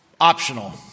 optional